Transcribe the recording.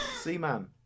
Seaman